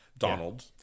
Donald